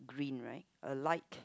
green right a light